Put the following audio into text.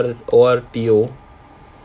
uh O R O R T O